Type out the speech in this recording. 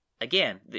again